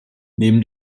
neben